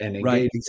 Right